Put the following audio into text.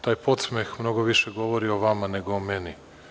Taj podsmeh mnogo više govori o vama nego o meni.